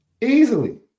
Easily